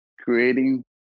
creating